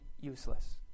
useless